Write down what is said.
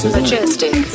Majestic